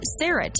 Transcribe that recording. Sarah